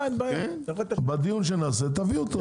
בדיון שנעשה, תביא אותו.